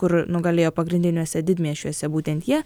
kur nugalėjo pagrindiniuose didmiesčiuose būtent jie